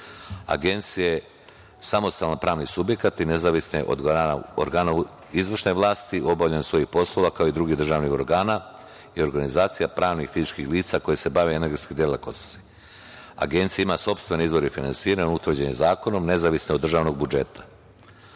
je samostalan pravni subjekat i nezavisna je od organa izvršne vlasti u obavljanju svojih poslova, kao i drugih državnih organa i organizacija, pravnih i fizičkih lica koje se bave energetskim delom. Agencija ima sopstvene izvore finansiranja utvrđene zakonom, nezavisne od državnog